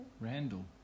Randall